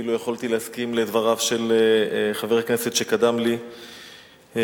אפילו יכולתי להסכים לדבריו של חבר הכנסת שקדם לי בדבריו.